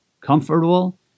comfortable